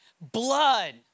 blood